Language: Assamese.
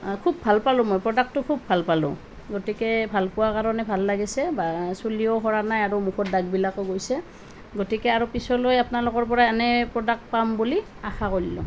খুব ভাল পালোঁ মই প্ৰ'ডাক্টটো খুব ভাল পালোঁ গতিকে ভাল পোৱা কাৰণে ভাল লাগিছে বা চুলিও সৰা নাই আৰু মুখৰ দাগবিলাকো গৈছে গতিকে আৰু পিছলৈ আপোনালোকৰ পৰা এনে প্ৰ'ডাক্ট পাম বুলি আশা কৰিলোঁ